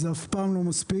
זה אף פעם לא מספיק.